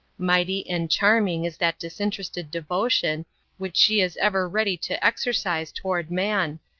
mighty and charming is that disinterested devotion which she is ever ready to exercise toward man,